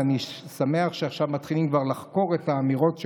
ואני שמח שעכשיו מתחילים כבר לחקור את האמירות שלו.